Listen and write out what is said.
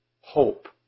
hope